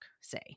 say